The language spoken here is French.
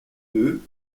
deux